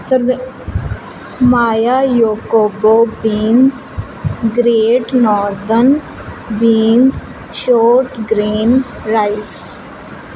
sir the mayocoba beans great northern beans short grain rice